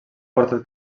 portat